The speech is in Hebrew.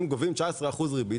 הם גובים 19% ריבית,